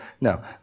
No